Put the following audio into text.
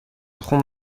خون